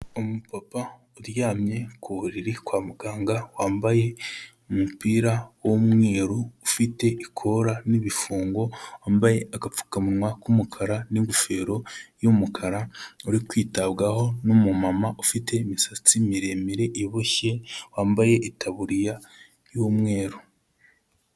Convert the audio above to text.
Umupapa uryamye ku buriri kwa muganga wambaye umupira w'umweru ufite ikora n'ibifungo, wambaye agapfukamunwa k'umukara n'ingofero y'umukara, uri kwitabwaho n'umumama ufite imisatsi miremire iboshye, wambaye itaburiya y'umweru.